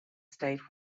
state